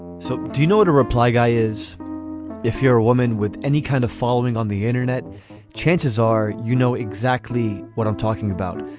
so do you know the reply guy is if you're a woman with any kind of following on the internet chances are you know exactly what i'm talking about.